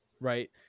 right